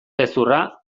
gezurra